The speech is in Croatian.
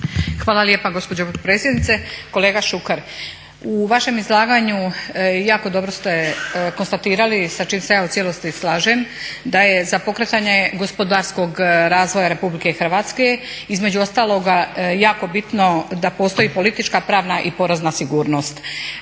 Hvala lijepa gospođo potpredsjednice. Kolega Šuker, u vašem izlaganju jako dobro ste konstatirali sa čim se ja u cijelosti slažem da je za pokretanje gospodarskog razvoja RH između ostaloga jako bitno da postoji politička pravna i porezna sigurnost.